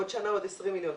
עוד שנה עוד 20 מיליון,